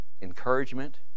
Encouragement